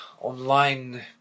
online